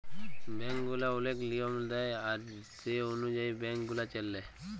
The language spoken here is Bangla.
ব্যাংক গুলা ওলেক লিয়ম দেয় আর সে অলুযায়ী ব্যাংক গুলা চল্যে